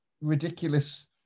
ridiculous